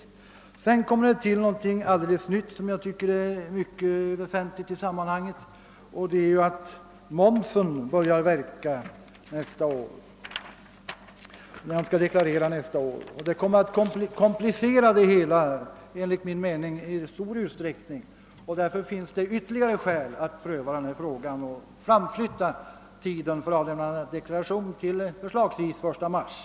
Till detta kommer någonting alldeles nytt, som enligt min mening är mycket väsentligt i detta sammanhang, nämligen att momsen börjar verka när man skall deklarera nästa år. Den kommer i stor utsträckning att komplicera det hela. Därför finns det ytterligare skäl att pröva denna fråga och framflytta tiden för avlämnande av deklaration till förslagsvis den 1 mars.